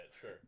Sure